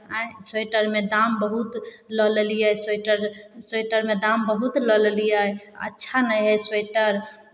आँय स्वेटरमे दाम बहुत लऽ लेलियै स्वेटर स्वेटरमे दाम बहुत लऽ लेलियै अच्छा नहि हइ स्वेटर